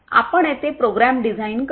आपण येथे program design करता